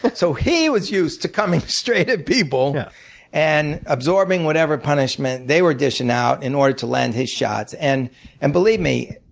but so he was used to coming straight at people and absorbing whatever punishment they were dishing out in order to land his shots. and and believe me,